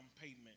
payment